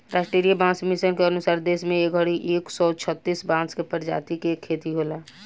राष्ट्रीय बांस मिशन के अनुसार देश में ए घड़ी एक सौ छतिस बांस के प्रजाति के खेती होला